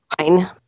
fine